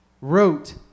wrote